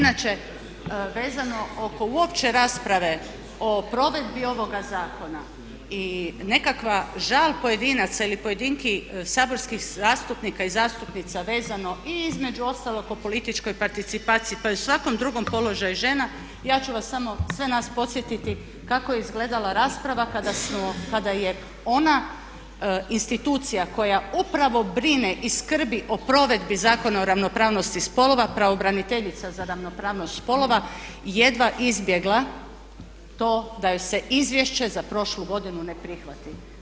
Inače vezano oko uopće rasprave o provedbi ovoga zakona i nekakva žal pojedinaca ili pojedinki saborski zastupnika i zastupnica i vezano i između ostalog o političkoj participaciji pa i svakom drugom položaju žena, ja ću vas samo, sve nas podsjetiti kakao je izgledala rasprava kada je ona institucija koja upravo brine i skrbi o provedbi Zakona o ravnopravnosti spolova, pravobraniteljica za ravnopravnost spolova jedva izbjegla to da joj se izvješće za prošlu godinu ne prihvati.